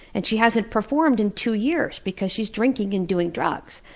and she hasn't performed in two years because she's drinking and doing drugs.